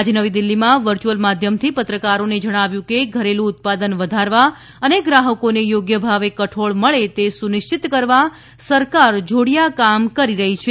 આજે નવી દિલ્હીમાં વર્ચ્યુઅલ માધ્યમથી પત્રકારોને જણાવ્યું કે ઘરેલુ ઉત્પાદન વધારવા અને ગ્રાહકોને યોગ્ય ભાવે કઠોળ મળે તે સુનિશ્ચિત કરવા સરકાર જોડીયા કામ કરી રહી છે